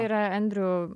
yra andrew